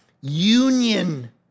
union